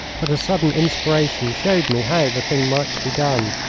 but a sudden inspiration showed me how the thing might be done.